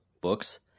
books